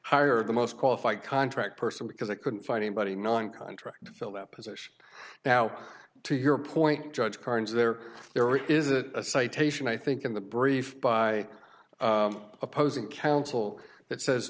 hire the most qualified contract person because they couldn't find anybody non contract to fill that position now to your point judge carnes there there is a citation i think in the brief by opposing counsel that says